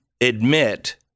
admit